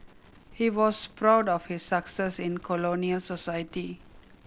he was proud of his success in colonial society